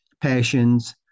passions